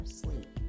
sleep